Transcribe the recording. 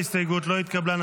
ההסתייגות לא התקבלה.